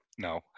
No